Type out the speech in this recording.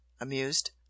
amused